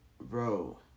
Bro